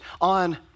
on